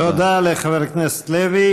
תודה לחבר הכנסת לוי.